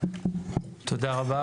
תודה רבה,